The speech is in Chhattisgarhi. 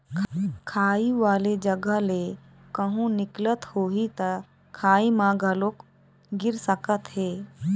खाई वाले जघा ले कहूँ निकलत होही त खाई म घलोक गिर सकत हे